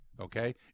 Okay